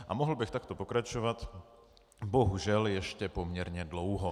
A mohl bych takto pokračovat bohužel ještě poměrně dlouho.